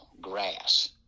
grass